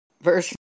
verse